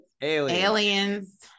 Aliens